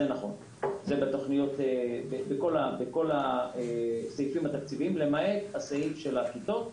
זה נמצא בכל סעיף למעט הסעיף של הכיתות,